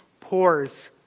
pours